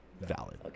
valid